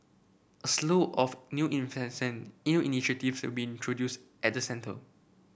a slew of new new initiatives will be introduced at the centre